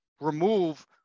remove